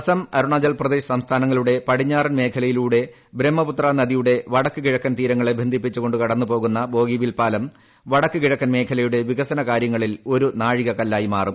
ആസാം അരുണാചൽപ്രദേശ് സംസ്ഥാനങ്ങളുടെ പടിഞ്ഞാറൻ മേഖലയിലൂടെ ബ്രഹ്മപുത്ര നദിയുടെ വടക്ക് കിഴക്കൻ തീരങ്ങളെ ബന്ധിപ്പിച്ച് കൊണ്ട് കടന്നു പോകുന്ന ബോഗിബീൽ പാലം വടക്ക് കിഴക്കൻ മേഖലയുടെ വികസന കാര്യങ്ങളിൽ ഒരു നാഴിക കല്ലായി മാറും